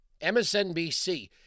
MSNBC